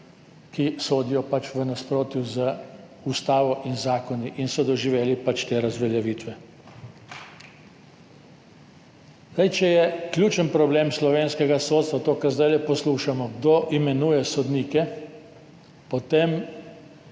ki sodijo pač v nasprotju z ustavo in zakoni in so doživeli pač te razveljavitve. Če je ključni problem slovenskega sodstva to, kar zdajle poslušamo, kdo imenuje sodnike, potem